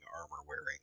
armor-wearing